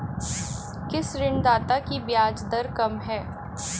किस ऋणदाता की ब्याज दर कम है?